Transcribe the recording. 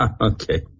Okay